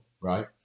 right